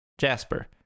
Jasper